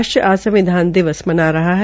राष्ट्र आज संविधान दिवस मना रहा है